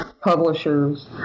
publishers